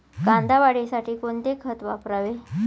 कांदा वाढीसाठी कोणते खत वापरावे?